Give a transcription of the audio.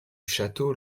château